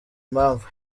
impamvu